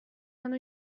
منو